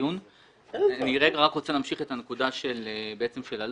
אני רוצה להמשיך את הנקודה של אלון.